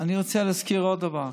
אני רוצה להזכיר עוד דבר.